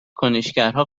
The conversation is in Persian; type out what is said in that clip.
کنشگرها